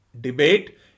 debate